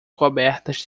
cobertas